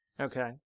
Okay